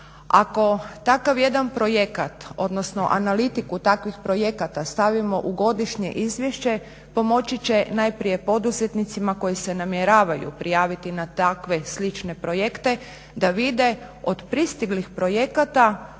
Ako takav jedan projekat odnosno analitiku takvih projekata stavimo u Godišnje izvješće pomoći će najprije poduzetnicima koji se namjeravaju prijaviti na takve i slične projekte da vide od pristiglih projekata